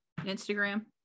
Instagram